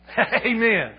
Amen